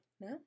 No